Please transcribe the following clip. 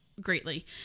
greatly